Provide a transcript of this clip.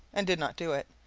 and did not do it.